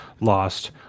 lost